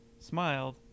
smiled